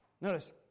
Notice